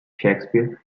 shakespeare